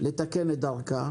לתקן את דרכה